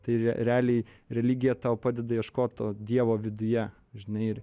tai re realiai religija tau padeda ieškot to dievo viduje žinai ir